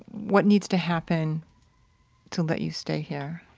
what needs to happen to let you stay here?